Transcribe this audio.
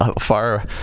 far